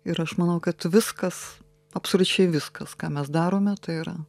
ir aš manau kad viskas absoliučiai viskas ką mes darome tai yra